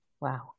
Wow